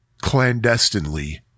clandestinely